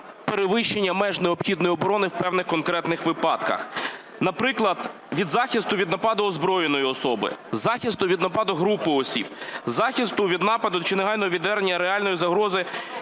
перевищення меж необхідної оборони в певних конкретних випадках. Наприклад, від захисту від нападу озброєної особи, захисту від нападу групи осіб, захисту від нападу чи негайного відвернення реальної загрози,